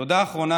תודה אחרונה,